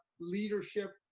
leadership